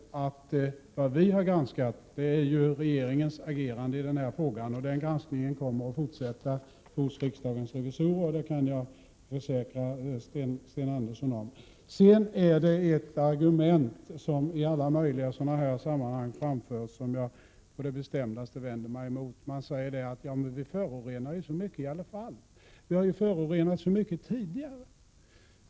Vad vi har granskat är regeringens agerande i frågan. Att den granskningen kommer att fortsätta hos riksdagens revisorer kan jag försäkra Sten Andersson om. Det finns ett argument, som framförs i alla sådana här sammanhang och som jag på det bestämdaste vänder mig mot. Man säger att vi förorenar så mycket i alla fall och att vi har förorenat så mycket tidigare.